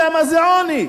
יודע מה זה עוני.